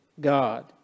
God